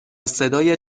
صدای